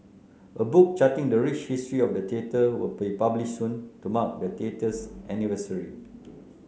a book charting the rich history of the theatre will be published soon to mark the theatre's anniversary